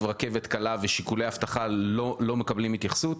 רכבת קלה ושיקולי האבטחה לא מקבלים התייחסות?